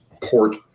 port